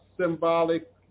symbolic